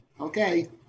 Okay